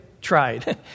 Tried